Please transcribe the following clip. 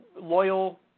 loyal